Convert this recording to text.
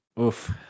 oof